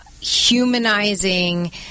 humanizing